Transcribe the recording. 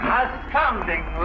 astounding